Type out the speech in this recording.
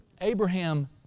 Abraham